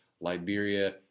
Liberia